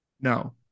No